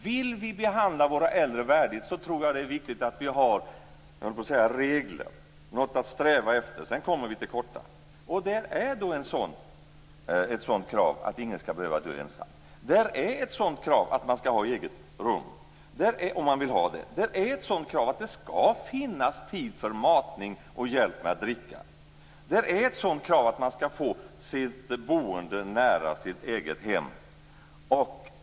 Vill vi behandla våra äldre värdigt, tror jag att det är viktigt att vi har regler, något att sträva efter. Sedan kommer vi till korta. Då är ett sådant krav att ingen skall behöva dö ensam. Då är ett sådant krav att man skall ha ett eget rum om man vill ha det. Då är ett sådant krav att det skall finnas tid för matning och hjälp med att dricka. Då är ett sådant krav att man skall få sitt boende nära det egna hemmet.